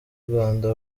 rwanda